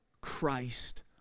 Christ